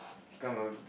become a